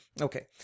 Okay